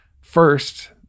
first